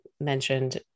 mentioned